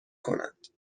کنند